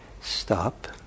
stop